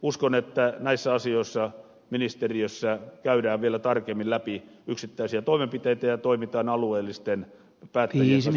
uskon että näissä asioissa ministeriössä käydään vielä tarkemmin läpi yksittäisiä toimenpiteitä ja toimitaan alueellisten päättäjien kanssa hyvässä yhteisymmärryksessä